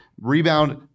rebound